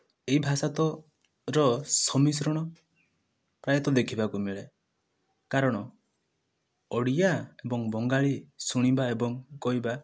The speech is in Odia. ଏଇ ଭାଷା ତ ର ସମିଶ୍ରଣ ପ୍ରାୟତଃ ଦେଖିବାକୁ ମିଳେ କାରଣ ଓଡ଼ିଆ ଏବଂ ବଙ୍ଗାଳୀ ଶୁଣିବା ଏବଂ କହିବା